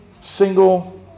single